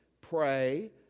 pray